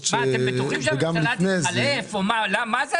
אז לביטוח הלאומי אין את